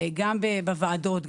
גם בוועדות,